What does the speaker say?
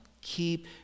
keep